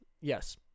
Yes